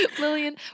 Lillian